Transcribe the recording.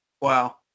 Wow